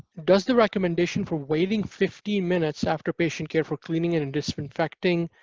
does the recommendation for waiting fifteen minutes after patient care for cleaning and disinfecting